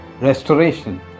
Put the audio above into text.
restoration